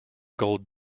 gold